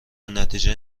نتیجه